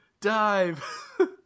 dive